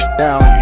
down